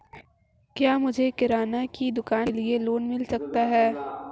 क्या मुझे किराना की दुकान के लिए लोंन मिल सकता है?